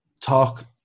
talk